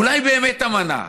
אולי באמת, אמנה.